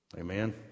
Amen